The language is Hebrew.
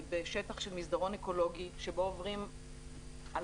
היא בשטח של מסדרון אקולוגי שבו עוברים אלפי,